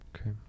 Okay